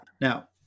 now